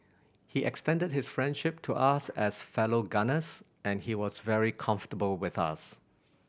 he extended his friendship to us as fellow gunners and he was very comfortable with us